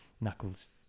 knuckles